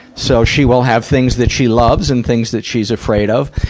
so she will have things that she loves and things that she's afraid of.